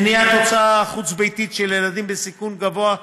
מניעת הוצאה חוץ-ביתית של ילדים בסיכון גבוה,